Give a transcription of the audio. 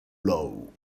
blow